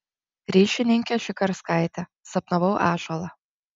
ryšininkė šikarskaitė sapnavau ąžuolą